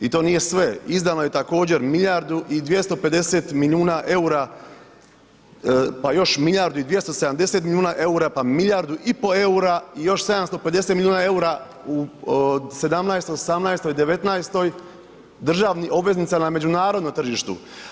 I to nije sve, izdano je također milijardu i 250 milijuna eura pa još milijardu i 270 milijuna eura pa milijardu i pol eura i još 750 milijuna eura u '17., '18., '19. državnih obveznica na međunarodnom tržištu.